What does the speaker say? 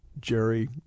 jerry